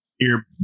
ear